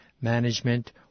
management